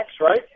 right